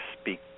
speak